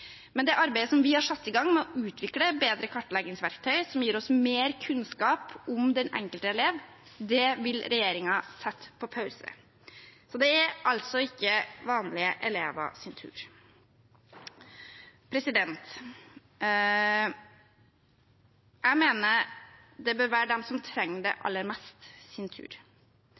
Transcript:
det arbeidet som vi har satt i gang med å utvikle bedre kartleggingsverktøy som gir oss mer kunnskap om den enkelte elev, vil regjeringen sette på pause. Så det er altså ikke vanlige elevers tur. Jeg mener det bør være de som trenger det aller mest, sin tur,